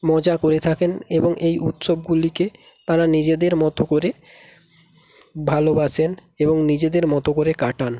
মজা করে থাকেন এবং এই উৎসবগুলিকে তারা নিজেদের মতো করে ভালোবাসেন এবং নিজেদের মতো করে কাটান